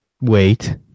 Wait